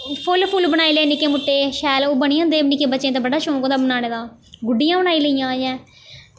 फुल्ल फल्ल बनाई ले निक्के मुट्टे शैल ओह् बनी जंदे निक्के बच्चें गी ते बड़ा शौंक होंदा बनाने दा गुड्डियां बनाई लेइयां जां